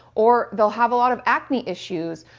or they'll have a lot of acne issues,